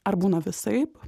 ar būna visaip